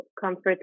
comfort